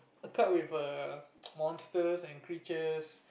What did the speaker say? the card with err monsters and creatures